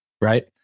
right